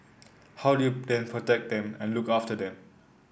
how do you then protect them and look after them